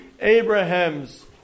Abraham's